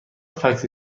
فکس